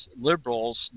liberals